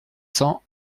cents